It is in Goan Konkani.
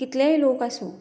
कितलेय लोक आसूं